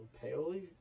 Paoli